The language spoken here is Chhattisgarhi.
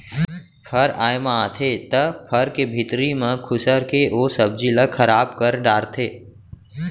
फर आए म आथे त फर के भीतरी म खुसर के ओ सब्जी ल खराब कर डारथे